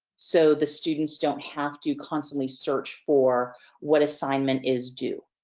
so the students don't have to constantly search for what assignment is due.